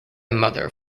mother